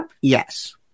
Yes